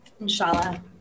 inshallah